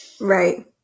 Right